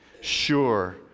sure